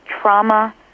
trauma